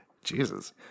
Jesus